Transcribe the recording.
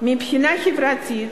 מבחינה חברתית,